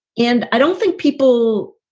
and i don't think people.